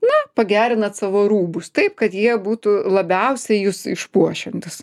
na pagerinat savo rūbus taip kad jie būtų labiausiai jus išpuošiantys